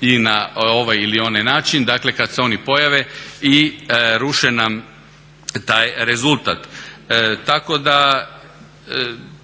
i na ovaj ili onaj način. Dakle, kad se oni pojave i ruše nam taj rezultat. Tako da